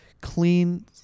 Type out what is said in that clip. clean